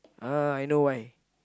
uh I know why